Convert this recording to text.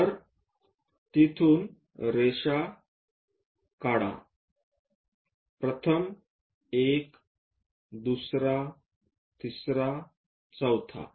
तर तिथून रेषा काढा प्रथम एक दुसरा तिसरा चौथा